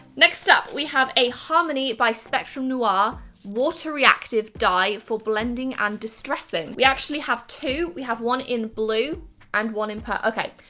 next up, we have a harmony by spectrum noir ah water reactive dye for blending and distressing. we actually have two, we have one in blue and one in pur okay,